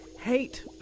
hate